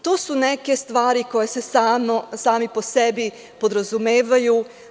To su neke stvari koje se same po sebi podrazumevaju.